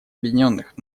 объединенных